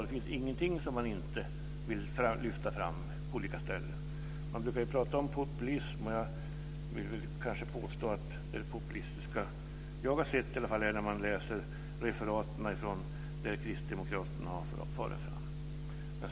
Det finns ingenting som man inte vill lyfta fram på olika ställen. Det brukar talas om populism. Jag vill nog påstå att det mest populistiska jag har sett är när jag läser referaten av där kristdemokraterna har farit fram.